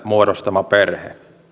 muodostama perhe